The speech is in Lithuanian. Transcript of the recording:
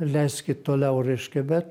leiskit toliau reiškia bet